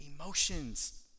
emotions